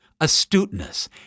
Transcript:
astuteness